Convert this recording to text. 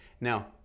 Now